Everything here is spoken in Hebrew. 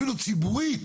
אפילו ציבורית